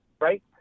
right